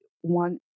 one